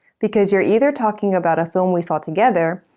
because you're either talking about a film we saw together,